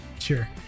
Sure